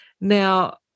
Now